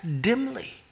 dimly